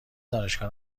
دانشگاه